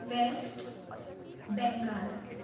west Bengal